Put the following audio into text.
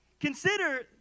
Consider